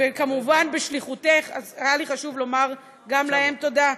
כמובן בשליחותך, אז היה לי חשוב לומר גם להם תודה.